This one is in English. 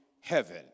heaven